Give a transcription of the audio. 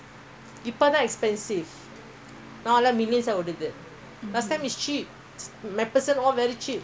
சேவைக்குதாஇருந்தாங்கசேவா:sevaikkutha irundhaanka sevaa rented no rental